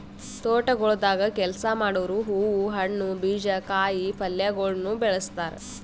ತೋಟಗೊಳ್ದಾಗ್ ಕೆಲಸ ಮಾಡೋರು ಹೂವು, ಹಣ್ಣು, ಬೀಜ, ಕಾಯಿ ಪಲ್ಯಗೊಳನು ಬೆಳಸ್ತಾರ್